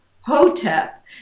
Hotep